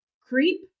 creep